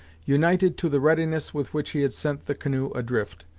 united to the readiness with which he had sent the canoe adrift,